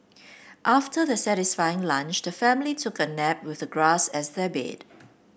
after their satisfying lunch the family took a nap with the grass as their bed